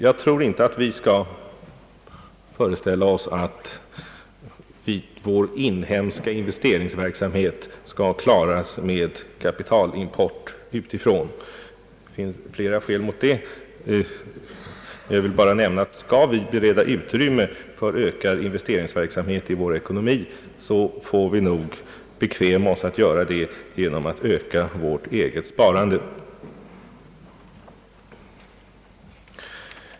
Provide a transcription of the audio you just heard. Jag tror inte vi skall föreställa oss att vår inhemska investeringsverksamhet kan klaras med kapitalimport utifrån. Det finns flera skäl mot det. Jag vill bara nämna att skall vi bereda utrymme för ökad investeringsverksamhet i vår ekonomi, så får vi nog bekväma oss att göra det genom att öka vårt eget sparande.